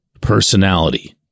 personality